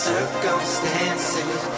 Circumstances